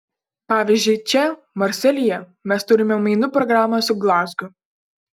pavyzdžiui čia marselyje mes turime mainų programą su glazgu